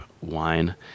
wine